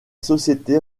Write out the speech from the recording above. société